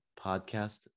podcast